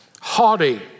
haughty